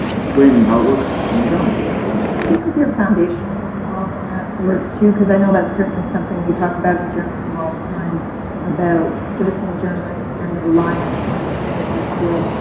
explaining how it works on the ground basically. ms do you think your foundation will get involve in that work too? cause i know that's certainly something we talked about in journalism all the time about citizen journalists and the reliance on stringers in the field,